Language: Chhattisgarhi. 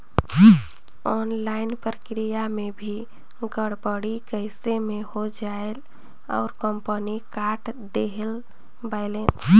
ऑनलाइन प्रक्रिया मे भी गड़बड़ी कइसे मे हो जायेल और कंपनी काट देहेल बैलेंस?